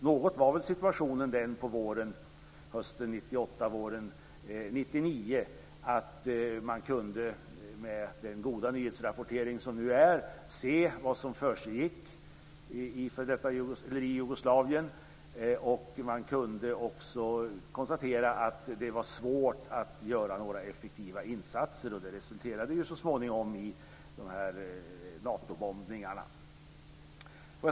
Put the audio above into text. Så var väl situationen på hösten 1998 och våren 1999. Med den goda nyhetsrapportering som skedde kunde man se vad som försiggick i Jugoslavien. Man konstaterade också att det var svårt att göra några effektiva insatser, och det resulterade så småningom i Natobombningarna.